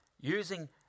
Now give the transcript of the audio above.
using